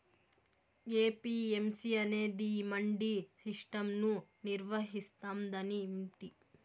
APMC అనేది ఈ mandi system ను నిర్వహిస్తాందని వింటి